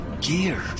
Gear